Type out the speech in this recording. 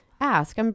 Ask